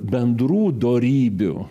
bendrų dorybių